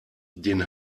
den